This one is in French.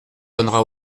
donnera